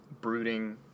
brooding